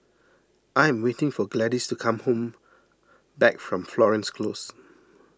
I am waiting for Gladys to come home back from Florence Close